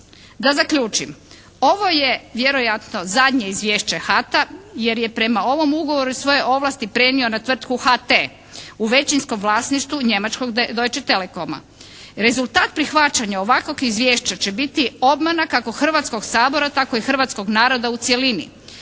Da zaključim, ovo je vjerojatno zadnje izvješće HAT-a jer je prema ovom ugovoru svoje ovlasti prenio na tvrtku HT u većinskom vlasništvu njemačkog Deutsche Telekoma. Rezultat prihvaćanja ovakvog izvješća će biti obmana kako Hrvatskog sabora tako i hrvatskog naroda u cjelini.